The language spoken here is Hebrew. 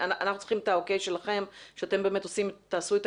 ואנחנו צריכים את האוקיי שלכם שאתם תעשו את